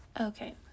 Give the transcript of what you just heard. Okay